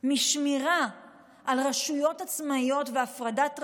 משמירה על רשויות עצמאיות והפרדת רשויות,